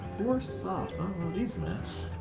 your socks match